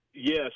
Yes